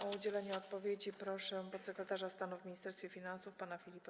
O udzielenie odpowiedzi proszę podsekretarza stanu w Ministerstwie Finansów pana Filipa